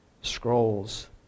scrolls